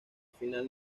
final